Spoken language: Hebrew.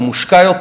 הוא מושקע יותר,